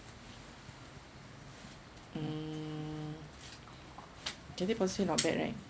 um cathay pacific not bad right